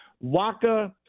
Waka